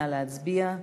נא להצביע.